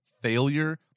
failure